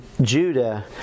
Judah